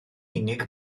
unig